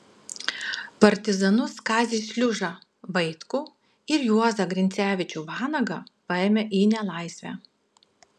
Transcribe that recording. partizanus kazį šliužą vaitkų ir juozą grincevičių vanagą paėmė į nelaisvę